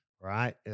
right